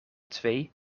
twee